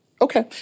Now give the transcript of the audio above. Okay